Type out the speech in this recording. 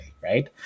right